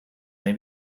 may